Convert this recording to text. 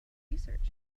research